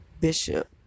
Bishop